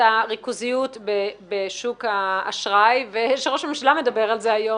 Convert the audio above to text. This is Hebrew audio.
הריכוזיות בשוק האשראי וראש הממשלה מדבר על כך היום,